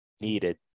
needed